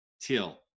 Till